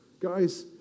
Guys